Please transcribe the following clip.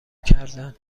کردن